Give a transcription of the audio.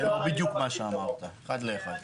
זה בדיוק מה שאמרת, אחד לאחד.